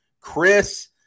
chris